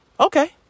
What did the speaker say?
Okay